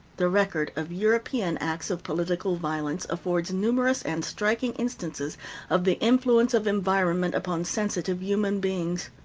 the record of european acts of political violence affords numerous and striking instances of the influence of environment upon sensitive human beings.